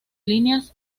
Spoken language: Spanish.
líneas